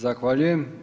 Zahvaljujem.